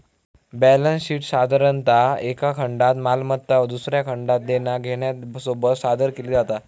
balance शीटसाधारणतः एका खंडात मालमत्ता व दुसऱ्या खंडात देना घेण्यासोबत सादर केली जाता